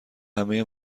همه